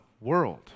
world